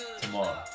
tomorrow